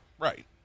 Right